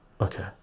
okay